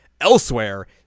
elsewhere